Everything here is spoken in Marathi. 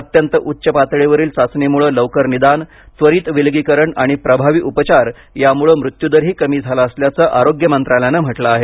अत्यंत उच्च पातळीवरील चाचणीमुळे लवकर निदान त्वरित विलगीकरण आणि प्रभावी उपचार यामुळे मृत्यूदरही कमी झाला असल्याचं आरोग्य मंत्रालयाने म्हटले आहे